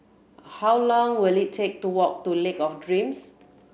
how long will it take to walk to Lake of Dreams